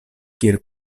kiel